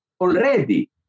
already